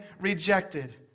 rejected